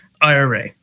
IRA